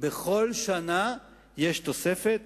בכל שנה יש תוספת